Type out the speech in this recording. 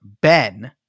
Ben